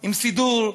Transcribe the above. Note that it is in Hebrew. עם סידור,